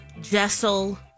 Jessel